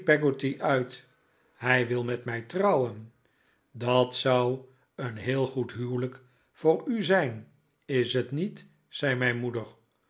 uit hij wil met mij trouwen dat zou een heel goed huwelijk voor u zijn is het niet zei mijn moeder